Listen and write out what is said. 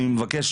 אני מבקש,